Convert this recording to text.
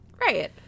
Right